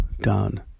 done